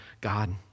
God